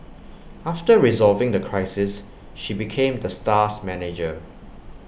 after resolving the crisis she became the star's manager